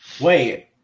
Wait